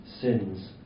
sins